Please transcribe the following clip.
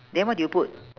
then what do you put